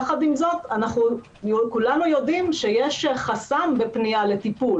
יחד עם זאת כולנו יודעים שיש חסם בפניה לטיפול.